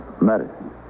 Medicine